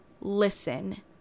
listen